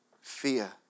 Fear